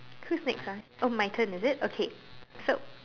who's next ah okay my turn is it okay so